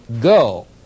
go